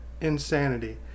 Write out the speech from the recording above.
insanity